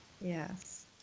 Yes